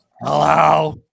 Hello